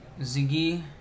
ziggy